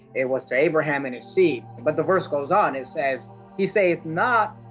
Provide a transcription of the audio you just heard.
it was to abraham and his seed, but the verse goes on. it says he saith not,